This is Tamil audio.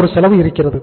ஒரு செலவு இருக்கிறது